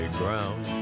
ground